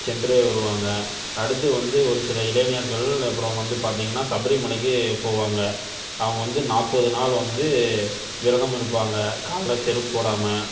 சென்று வருவாங்க அடுத்து வந்து ஒரு சில இளைஞர்கள் அப்புறம் வந்து பார்த்திங்கன்னா சபரி மலைக்கு போவாங்க அவங்க வந்து நாற்பது நாள் வந்து விரதம் இருப்பாங்க காலில் செருப்பு போடாமல்